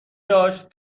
داشت